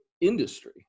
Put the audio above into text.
industry